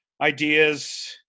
ideas